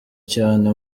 cyane